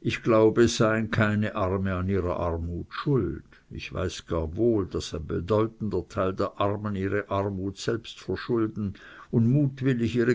ich glaube es seien keine arme an ihrer armut schuld ich weiß gar wohl daß ein bedeutender teil der armen ihre armut selbst verschulden und mutwillig ihre